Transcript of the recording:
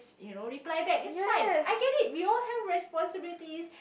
you know reply back it's fine I get it we all have responsibilities